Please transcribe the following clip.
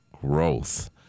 growth